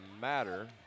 matter